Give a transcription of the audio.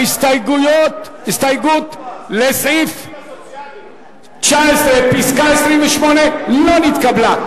ההסתייגות לסעיף 19, מס' 28, לא נתקבלה.